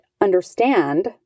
understand